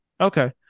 Okay